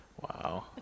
Wow